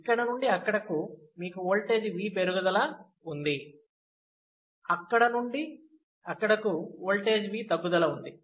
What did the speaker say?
ఇక్కడ నుండి అక్కడకు మీకు ఓల్టేజ్ V పెరుగుదల ఉంది అక్కడ నుండి అక్కడకు ఓల్టేజ్ V తగ్గుదల ఉంది